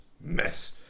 mess